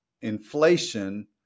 inflation